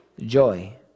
joy